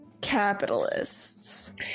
Capitalists